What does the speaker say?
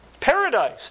Paradise